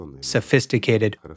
sophisticated